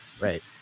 Right